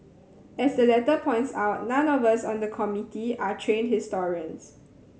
as the letter points out none of us on the Committee are trained historians